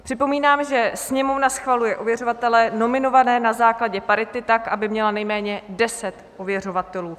Připomínám, že Sněmovna schvaluje ověřovatele nominované na základě parity tak, aby měla nejméně 10 ověřovatelů.